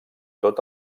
tot